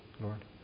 Lord